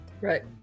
Right